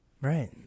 right